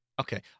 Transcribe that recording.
Okay